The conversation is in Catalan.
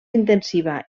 intensiva